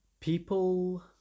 people